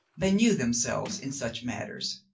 they knew themselves in such matters.